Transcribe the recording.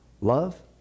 love